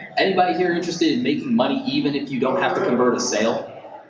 anybody here interested in making money even if you don't have to convert a sale?